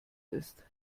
ist